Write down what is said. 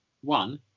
One